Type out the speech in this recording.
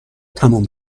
تمام